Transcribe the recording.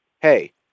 hey